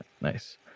nice